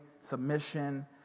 submission